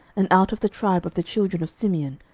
and out of the tribe of the children of simeon,